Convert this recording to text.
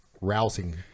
rousing